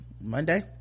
monday